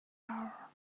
hour